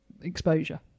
Exposure